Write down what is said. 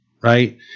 right